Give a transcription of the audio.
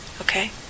Okay